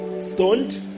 stoned